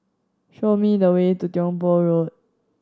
show me the way to Tiong Poh Road